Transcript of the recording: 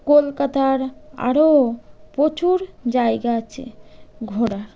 কলকাতার আরও প্রচুর জায়গা আছে ঘোড়ার